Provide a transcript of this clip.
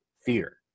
fear